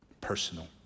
Personal